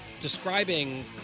describing